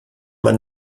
man